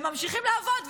הם ממשיכים לעבוד,